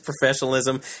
professionalism